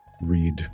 read